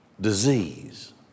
disease